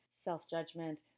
self-judgment